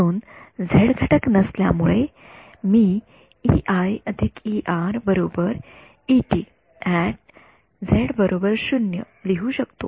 म्हणून झेड घटक नसल्यामुळे मी लिहू शकतो